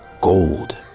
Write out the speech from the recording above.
gold